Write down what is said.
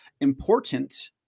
important